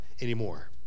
anymore